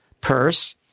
purse